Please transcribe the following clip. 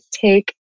take